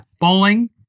Bowling